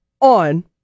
on